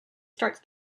starts